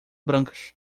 brancas